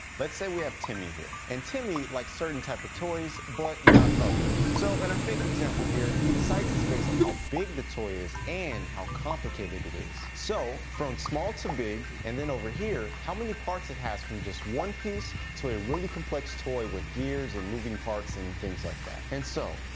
let's say we have timmy here. and timmy likes like certain type of toys, but not others. so in a fake example here, he decides his based on how big the toy is and how complicated it is. so, from small to big, and then over here how many parts it has from just one piece, to a really complex toy with gears and moving parts and things like that. and so,